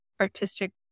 artistic